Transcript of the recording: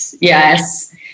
yes